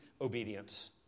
obedience